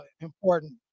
important